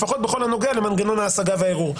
לפחות בכל הנוגע למנגנון ההשגה והערעור,